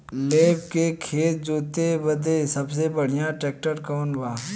लेव के खेत जोते बदे सबसे बढ़ियां ट्रैक्टर कवन बा?